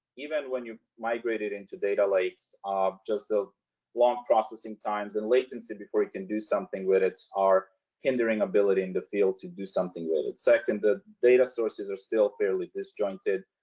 even when you migrate it into data lakes are just a long processing times and latency before you can do something with it are hindering ability in the field to do something with it. second, the data sources are still fairly disjointed.